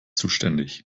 zuständig